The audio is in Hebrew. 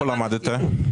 איפה למדת?